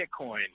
Bitcoin